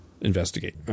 investigate